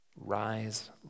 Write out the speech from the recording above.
Rise